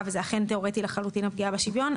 וזה אכן תיאורטי לחלוטין הפגיעה בשוויון,